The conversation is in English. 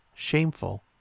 shameful